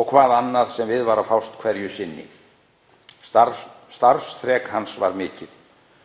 og hvað annað sem við var að fást hverju sinni. Starfsþrek hans var mikið.